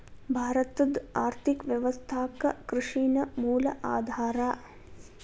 ಭಾರತದ್ ಆರ್ಥಿಕ ವ್ಯವಸ್ಥಾಕ್ಕ ಕೃಷಿ ನ ಮೂಲ ಆಧಾರಾ